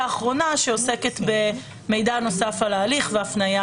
האחרונה שעוסקת במידע נוסף על ההליך והפניה